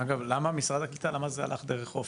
אגב משרד הקליטה, למה זה הלך דרך אופק?